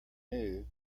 new